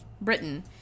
Britain